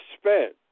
spent